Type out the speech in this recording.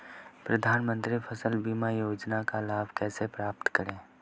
प्रधानमंत्री फसल बीमा योजना का लाभ कैसे प्राप्त करें?